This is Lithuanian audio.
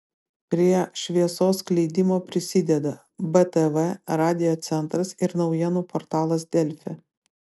prie šviesos skleidimo prisideda btv radiocentras ir naujienų portalas delfi